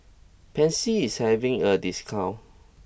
Pansy is having a discount